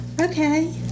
okay